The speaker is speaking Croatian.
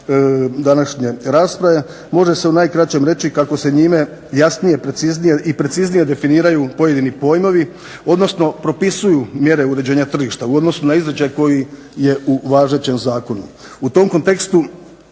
današnje rasprave, može se u najkraćem reći kako se njime jasnije, preciznije definiraju pojedini pojmovi odnosno propisuju mjere uređenja tržišta u odnosu na izričaj koji je u važećem zakonu. U tom kontekstu